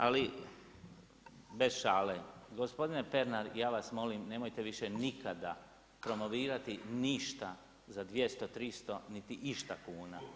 Ali bez šale, gospodine Pernar ja vas molim nemojte više nikada promovirati ništa za 200, 300 ili išta kuna.